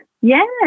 Yes